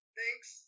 Thanks